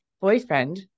boyfriend